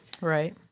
Right